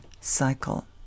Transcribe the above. cycle